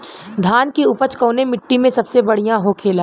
धान की उपज कवने मिट्टी में सबसे बढ़ियां होखेला?